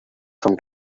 from